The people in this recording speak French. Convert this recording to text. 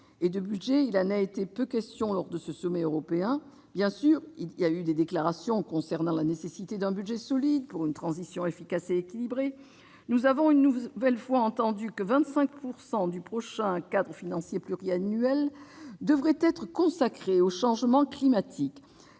Or de budget, il a été peu question lors du sommet européen. Bien sûr, il y a eu des déclarations concernant la nécessité d'un budget solide pour assurer une transition efficace et équilibrée. Nous avons entendu affirmer une nouvelle fois que 25 % du prochain cadre financier pluriannuel devrait être consacré à la lutte